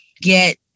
get